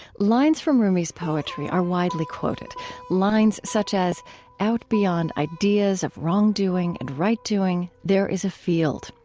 lines from rumi's poetry are widely quoted lines such as out beyond ideas of wrongdoing and rightdoing, there is a field.